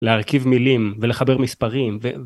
להרכיב מילים ולחבר מספרים